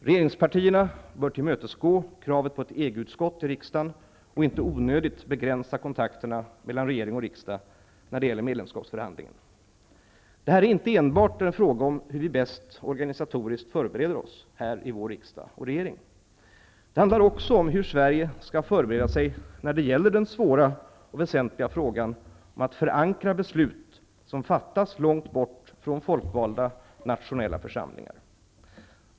Regeringspartierna bör tillmötesgå kravet på ett EG-utskott i riksdagen och inte onödigt begränsa kontakterna mellan regering och riksdag när det gäller medlemskapsförhandlingen. Detta är inte enbart en fråga om hur vi bäst organisatoriskt förbereder oss här i vår riksdag och regering. Det handlar också om hur Sverige skall förbereda sig när det gäller den svåra och väsentliga frågan om att förankra beslut som fattas långt bort från folkvalda nationella församlingar.